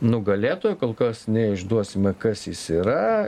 nugalėtoją kol kas neišduosime kas jis yra